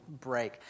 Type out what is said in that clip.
break